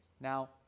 Now